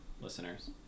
listeners